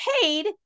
paid